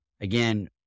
Again